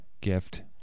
gift